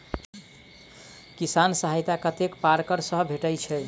किसान सहायता कतेक पारकर सऽ भेटय छै?